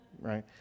right